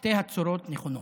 שתי הצורות נכונות.